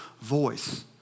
voice